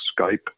Skype